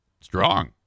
strong